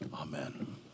Amen